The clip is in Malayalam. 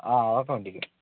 ആ അതൊക്കെ ഉണ്ട് ഇതിൽ